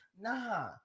Nah